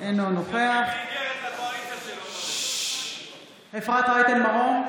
אינו נוכח אפרת רייטן מרום,